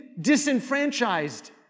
disenfranchised